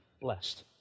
blessed